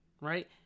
Right